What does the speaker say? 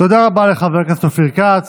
תודה רבה לחבר הכנסת אופיר כץ.